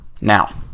now